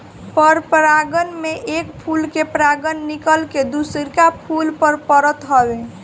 परपरागण में एक फूल के परागण निकल के दुसरका फूल पर परत हवे